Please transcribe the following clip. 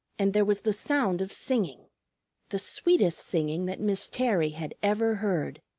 and there was the sound of singing the sweetest singing that miss terry had ever heard.